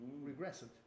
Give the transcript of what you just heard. regressive